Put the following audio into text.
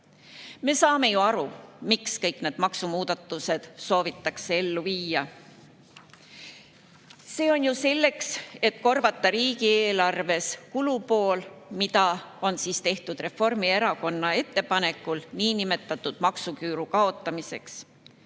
Me saame ju aru, miks kõik need maksumuudatused soovitakse ellu viia. See on ju selleks, et korvata riigieelarves kulupool, mida on tehtud Reformierakonna ettepanekul niinimetatud maksuküüru kaotamiseks.